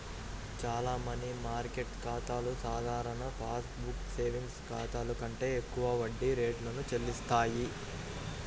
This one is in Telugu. చాలా మనీ మార్కెట్ ఖాతాలు సాధారణ పాస్ బుక్ సేవింగ్స్ ఖాతాల కంటే ఎక్కువ వడ్డీ రేటును చెల్లిస్తాయి